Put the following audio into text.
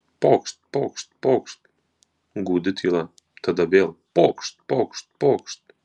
pokšt pokšt pokšt gūdi tyla tada vėl pokšt pokšt pokšt